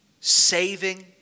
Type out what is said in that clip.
saving